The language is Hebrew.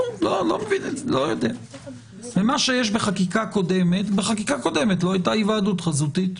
מה שיש בחקיקה קודמת בחקיקה קודמת לא היתה היוועדות חזותית.